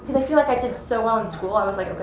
i feel like i did so well in school, i was like, but